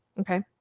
okay